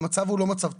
המצב הוא לא מצב טוב.